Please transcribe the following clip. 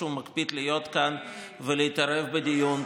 כשהוא מקפיד להיות כאן ולהתערב בדיון,